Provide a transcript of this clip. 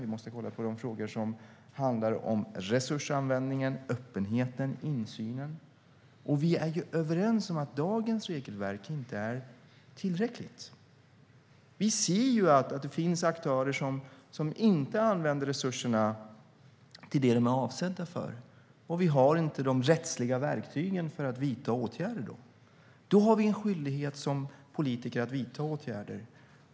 Vi måste kolla på de frågor som handlar om resursanvändningen, öppenheten och insynen. Vi är överens om att dagens regelverk inte är tillräckligt. Vi ser att det finns aktörer som inte använder resurserna till det som de är avsedda för, men vi har inte de rättsliga verktygen för att vidta åtgärder. Vi har dock som politiker en skyldighet att vidta åtgärder.